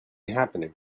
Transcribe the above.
happening